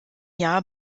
jahr